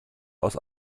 aus